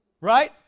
right